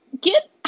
get